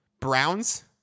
Browns